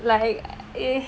like eh